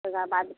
तेकरा बाद